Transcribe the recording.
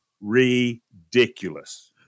ridiculous